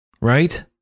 Right